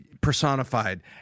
personified